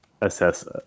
assess